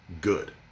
good